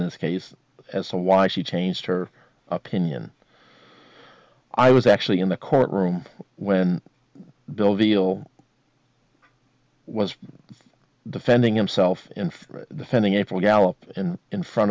in this case as to why she changed her opinion i was actually in the courtroom when bill veal was defending himself in the founding a full gallop and in front